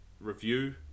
review